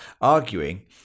arguing